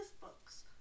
Books